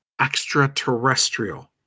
Extraterrestrial